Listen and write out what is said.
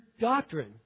doctrine